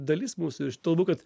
dalis mūsų iš tuo labiau kad